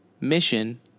mission